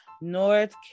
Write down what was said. North